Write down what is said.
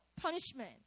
punishment